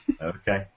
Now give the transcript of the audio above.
Okay